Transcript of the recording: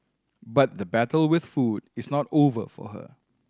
but the battle with food is not over for her